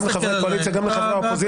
גם לחברי הקואליציה וגם לחברי האופוזיציה.